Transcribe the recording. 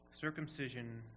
Circumcision